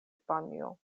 panjo